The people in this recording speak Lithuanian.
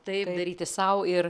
taip daryti sau ir